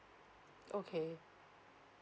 okay